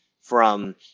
from-